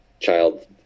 child